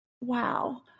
Wow